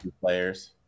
Players